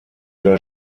das